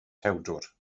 tewdwr